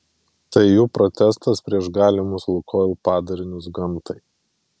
tai jų protestas prieš galimus lukoil padarinius gamtai